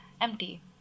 empty